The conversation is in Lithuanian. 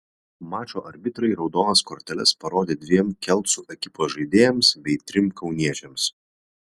mačo arbitrai raudonas korteles parodė dviem kelcų ekipos žaidėjams bei trim kauniečiams